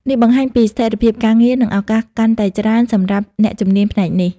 នេះបង្ហាញពីស្ថិរភាពការងារ និងឱកាសកាន់តែច្រើនសម្រាប់អ្នកជំនាញផ្នែកនេះ។